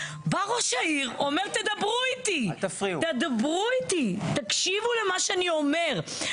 בא ראש העיר אומר תדברו איתי תדברו איתי תקשיבו למה שאני אומר,